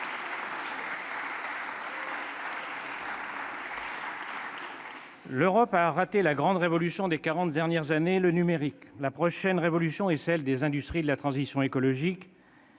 L'Europe a raté la grande révolution des quarante dernières années, à savoir le numérique. La prochaine révolution est celle des industries de la transition écologique,